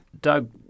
Doug